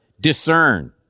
discern